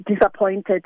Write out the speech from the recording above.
disappointed